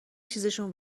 چیزشون